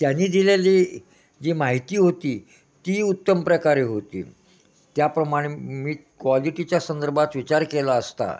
त्यांनी दिलेली जी माहिती होती ती उत्तम प्रकारे होती त्याप्रमाणे मी क्वालिटीच्या संदर्भात विचार केला असता